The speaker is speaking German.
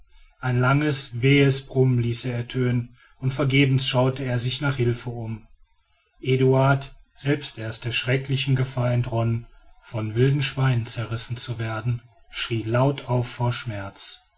ein langes wehes brummen ließ er ertönen und vergebens schaute er sich nach hilfe um eduard selbst erst der schrecklichen gefahr entronnen von wilden schweinen zerrissen zu werden schrie laut auf vor schmerz